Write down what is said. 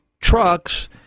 trucks